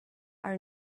are